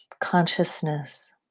consciousness